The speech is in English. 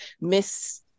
miss